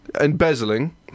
embezzling